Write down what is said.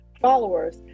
followers